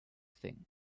thing